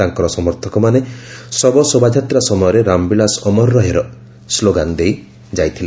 ତାଙ୍କର ସମର୍ଥକମାନେ ଶବ ଶୋଭାଯାତ୍ରା ସମୟରେ 'ରାମବିଳାଶ ଅମର ରହେ' ର ଶ୍ଲୋଗାନ୍ ଦେଇ ଯାଇଥିଲେ